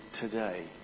today